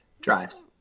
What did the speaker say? drives